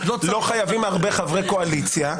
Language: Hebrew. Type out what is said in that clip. לא חייבים הרבה חברי קואליציה.